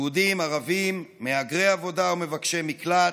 יהודים, ערבים, מהגרי עבודה ומבקשי מקלט,